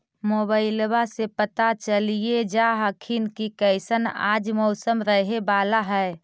मोबाईलबा से पता चलिये जा हखिन की कैसन आज मौसम रहे बाला है?